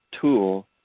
tool